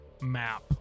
map